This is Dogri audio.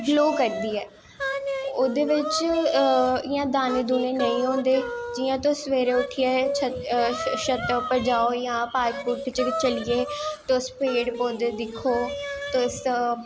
ग्लो करदी ऐ ओह्दे बिच्च इयां दानें दूनें नेंई होंदे जियां तुस सवेरैं उट्ठियै शत्तै उप्पर जाओ जां पार्क पूर्क च चली गे तुस पेड़ पौधे दिक्खो तुस